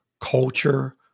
culture